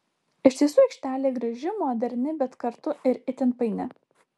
iš tiesų aikštelė graži moderni bet kartu ir itin paini